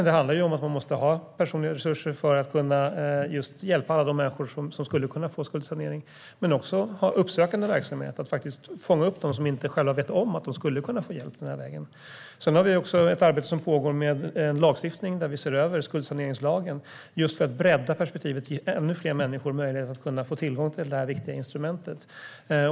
Det handlar om att man måste ha resurser för att kunna hjälpa alla de människor som skulle kunna få skuldsanering men också om att ha uppsökande verksamhet och fånga upp dem som inte själva vet om att de skulle kunna få hjälp den här vägen. Sedan har vi också ett arbete som pågår där vi ser över skuldsaneringslagen för att bredda perspektivet och ge ännu fler människor tillgång till det här viktiga instrumentet.